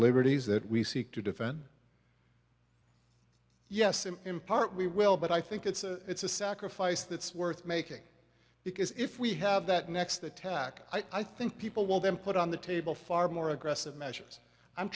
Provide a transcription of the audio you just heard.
liberties that we seek to defend yes and in part we will but i think it's a it's a sacrifice that's worth making because if we have that next attack i think people will then put on the table far more aggressive measures i'm